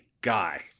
guy